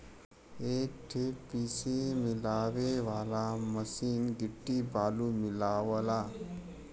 एक ठे पीसे मिलावे वाला मसीन गिट्टी बालू मिलावला